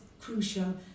crucial